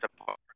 apart